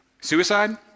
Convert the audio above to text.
Suicide